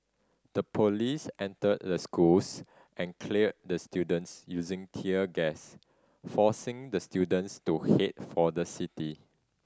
the police entered the schools and cleared the students using tear gas forcing the students to head for the city